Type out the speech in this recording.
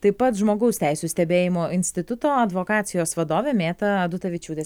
taip pat žmogaus teisių stebėjimo instituto advokacijos vadovė mėta adutavičiūtė